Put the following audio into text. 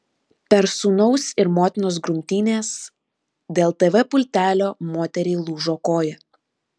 per sūnaus ir motinos grumtynes dėl tv pultelio moteriai lūžo koja